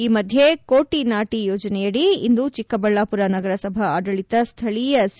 ಈ ಮಧ್ಯೆ ಕೋಟಿ ನಾಟಿ ಯೋಜನೆಯಡಿ ಇಂದು ಚಿಕ್ಕಬಳ್ಳಾಪುರ ನಗರಸಭಾ ಆದಳಿತ ಸ್ಥಳೀಯ ಸಿ